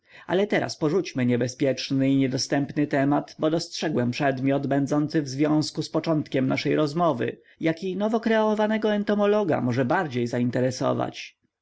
ale teraz porzućmy niebezpieczny i niedostępny temat bo dostrzegłem przedmiot będący w związku z początkiem naszej rozmowy jaki nowokreowanego entomologa może bardziej zainteresować